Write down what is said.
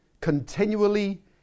continually